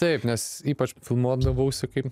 taip nes ypač filmuodavausi kaip